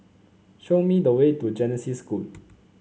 show me the way to Genesis School